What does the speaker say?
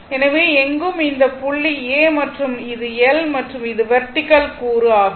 எனவே எங்கும் இந்த புள்ளி A மற்றும் இது L மற்றும் இது வெர்டிகல் கூறு ஆகும்